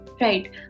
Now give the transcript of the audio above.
Right